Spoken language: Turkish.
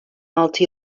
altı